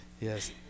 Yes